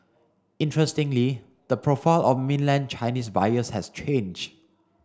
interestingly the profile of mainland Chinese buyers has changed